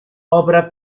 opera